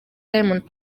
diamond